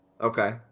Okay